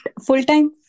full-time